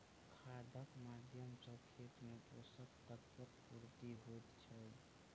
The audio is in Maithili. खादक माध्यम सॅ खेत मे पोषक तत्वक पूर्ति होइत छै